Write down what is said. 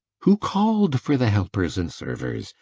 who called for the helpers and servers?